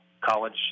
college